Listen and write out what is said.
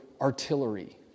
artillery